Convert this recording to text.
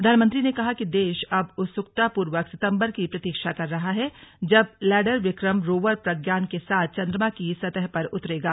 प्रधानमंत्री ने कहा कि देश अब उत्सुकता पूर्वक सितंबर की प्रतीक्षा कर रहा है जब लैंडर विक्रम रोवर प्रज्ञान के साथ चंद्रमा की सतह पर उतरेगा